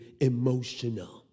emotional